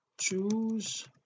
choose